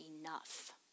enough